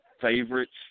favorites